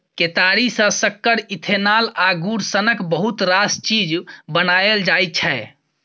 केतारी सँ सक्कर, इथेनॉल आ गुड़ सनक बहुत रास चीज बनाएल जाइ छै